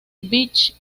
vich